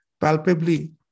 palpably